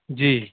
جی